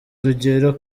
urugero